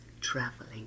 traveling